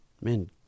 man